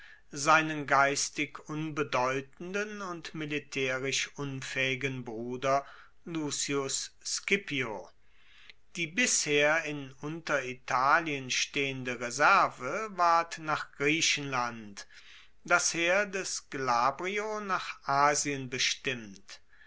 seinen geistig unbedeutenden und militaerisch unfaehigen bruder lucius scipio die bisher in unteritalien stehende reserve ward nach griechenland das heer des glabrio nach asien bestimmt